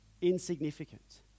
insignificant